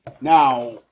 now